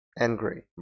angry